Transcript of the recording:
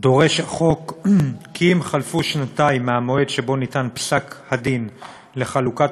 דורש החוק כי אם חלפו שנתיים מהמועד שבו ניתן פסק-הדין לחלוקת